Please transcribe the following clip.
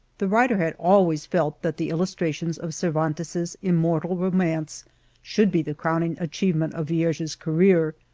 the writer had always felt that the illustrations of cervantes's immortal romance should be the crowning achievement of yierge's career,